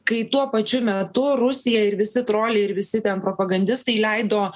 kai tuo pačiu metu rusija ir visi troliai ir visi ten propagandistai leido